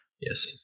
Yes